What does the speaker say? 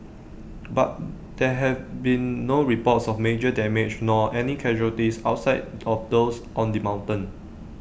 but there have been no reports of major damage nor any casualties outside of those on the mountain